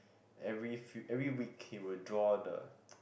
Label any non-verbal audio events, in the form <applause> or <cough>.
every few every week he will draw the <noise>